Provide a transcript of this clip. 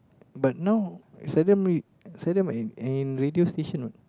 but now seldom read seldom I'm in radio station what